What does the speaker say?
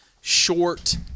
short